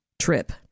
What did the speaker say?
trip